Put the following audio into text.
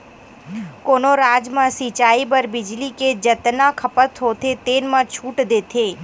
कोनो राज म सिचई बर बिजली के जतना खपत होथे तेन म छूट देथे